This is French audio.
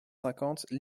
cinquante